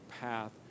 path